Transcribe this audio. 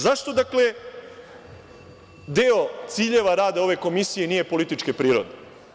Zašto, dakle, deo ciljeva rada ove komisije nije političke prirode?